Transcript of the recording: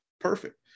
perfect